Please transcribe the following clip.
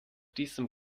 diesem